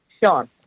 Sean